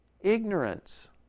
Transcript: ignorance